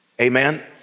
amen